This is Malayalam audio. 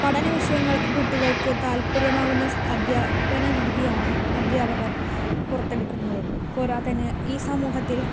പഠന വിഷയങ്ങൾക്ക് കുട്ടികൾക്ക് താല്പര്യമാകുന്ന അധ്യാപന രീതിയാണ് അധ്യാപകർ പുറത്തെടുക്കുന്നത് പോരാത്തതിന് ഈ സമൂഹത്തിൽ